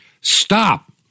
Stop